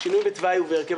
שינוי בתוואי ובהרכב